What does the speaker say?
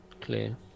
clear